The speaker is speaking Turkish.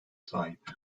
sahip